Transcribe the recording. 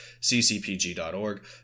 ccpg.org